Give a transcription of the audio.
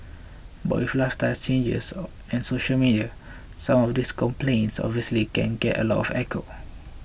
but with lifestyle changes and social media some of these complaints obviously can get a lot of echo